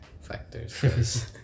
factors